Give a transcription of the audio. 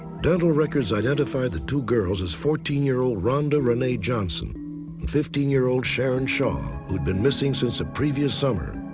dental records identify the two girls as fourteen year old rhonda renee johnson and fifteen year old sharon shaw who had been missing since a previous summer.